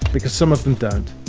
because some of them don't.